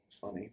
funny